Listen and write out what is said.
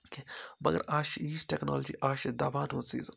کیٛاہ مگر اَز چھِ ییٖژ ٹیکنالوجِی اَز چھِ دواہَن ہُنٛد سیٖزَن